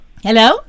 Hello